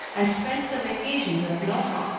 and spent the vacations at nohant,